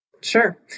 Sure